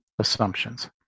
Assumptions